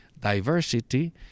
Diversity